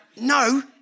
no